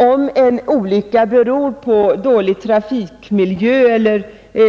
Om en olycka beror på dålig trafikmiljö eller